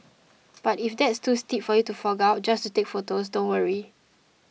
but if that's too steep for you to fork out just to take photos don't worry